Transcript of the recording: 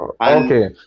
Okay